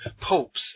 popes